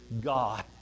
God